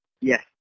Yes